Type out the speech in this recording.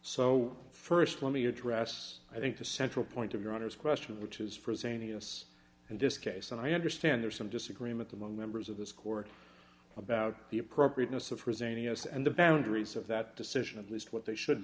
me address i think the central point of your honor's question which is presenting us in this case and i understand there's some disagreement among members of this court about the appropriateness of presenting us and the boundaries of that decision at least what they should